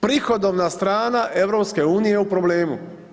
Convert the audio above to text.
Prihodovna strana EU je u problemu.